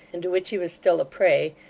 and to which he was still a prey,